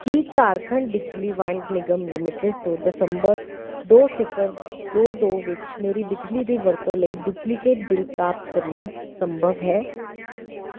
ਕੀ ਝਾਰਖੰਡ ਬਿਜਲੀ ਵੰਡ ਨਿਗਮ ਲਿਮਟਿਡ ਤੋਂ ਦਸੰਬਰ ਦੋ ਸਿਫਰ ਦੋ ਦੋ ਵਿੱਚ ਮੇਰੀ ਬਿਜਲੀ ਦੀ ਵਰਤੋਂ ਲਈ ਡੁਪਲੀਕੇਟ ਬਿੱਲ ਪ੍ਰਾਪਤ ਕਰਨਾ ਸੰਭਵ ਹੈ